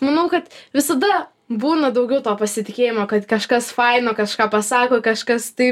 manau kad visada būna daugiau to pasitikėjimo kad kažkas faino kažką pasako kažkas tai